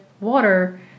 water